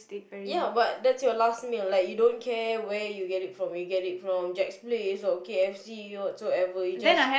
ya but that's your last meal like you don't care where you get it from you get it from Jack's Place or k_f_c whatsoever you just